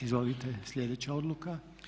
Izvolite sljedeća odluka.